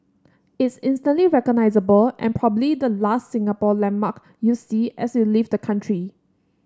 it's instantly recognisable and probably the last Singapore landmark you see as you leave the country